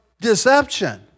deception